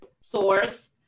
source